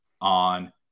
on